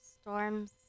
storms